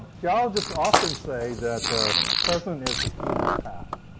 geologists often say that the present is the key to the past.